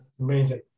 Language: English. Amazing